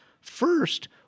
First